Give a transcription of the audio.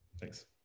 Thanks